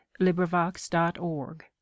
LibriVox.org